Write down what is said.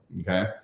Okay